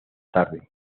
tarde